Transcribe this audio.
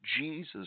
Jesus